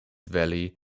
valley